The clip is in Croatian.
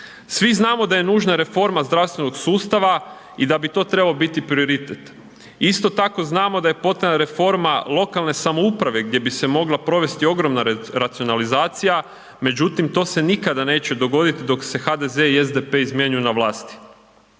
Svi znamo da je nužna reforma zdravstvenog sustava i da bi to trebao biti prioritet. Isto tako znamo da je …/Govornik se ne razumije/…reforma lokalne samouprave gdje bi se mogla provesti ogromna racionalizacija, međutim to se nikada neće dogodit dok se HDZ i SDP izmjenjuju na vlasti.